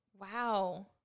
wow